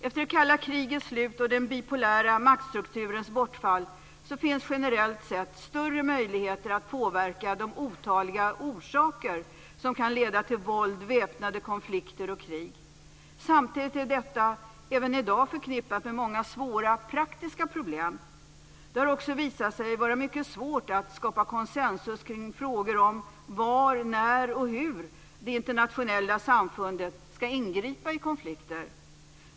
Efter det kalla krigets slut och den bipolära maktstrukturens bortfall finns generellt sett större möjligheter att påverka de otaliga orsaker som kan leda till våld, väpnade konflikter och krig. Samtidigt är detta även i dag förknippat med många svåra praktiska problem. Det har också visat sig vara mycket svårt att skapa konsensus kring frågor om var, när och hur det internationella samfundet ska ingripa i konflikter.